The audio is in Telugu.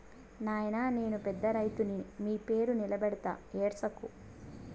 నాయినా నేను పెద్ద రైతుని మీ పేరు నిలబెడతా ఏడ్సకు